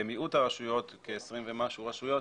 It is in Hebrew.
במיעוט הרשויות, שזה כעשרים ומשהו רשויות,